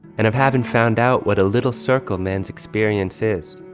and i've haven't found out what a little circle man's experience is